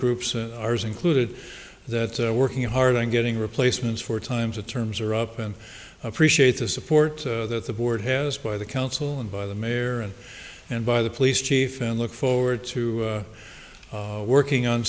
groups ours included that are working hard and getting replacements for times the terms are up and appreciate the support that the board has by the council and by the mayor and and by the police chief and look forward to working on